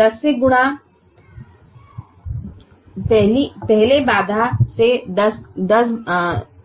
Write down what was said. अब